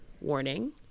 warning